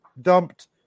dumped